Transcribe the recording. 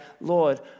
Lord